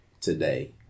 today